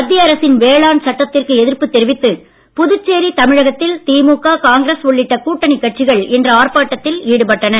மத்திய அரசின் வேளாண் சட்டத்திற்கு எதிர்ப்பு தெரிவித்து புதுச்சேரி தமிழகத்தில் திமுக காங்கிரஸ் உள்ளிட்ட கட்சிகள் இன்று ஆர்ப்பாட்டத்தில் ஈடுபட்டன